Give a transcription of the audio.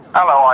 Hello